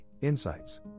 insights